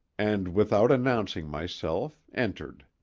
and without announcing myself, entered.